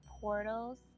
portals